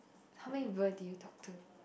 how many people did you talk to